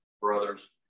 brothers